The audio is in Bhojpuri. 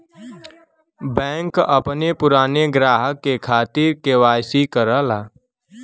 बैंक अपने पुराने ग्राहक के खातिर के.वाई.सी करला